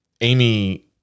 Amy